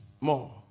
more